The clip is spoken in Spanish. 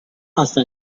hasta